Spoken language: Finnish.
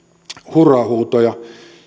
hurraa huutoja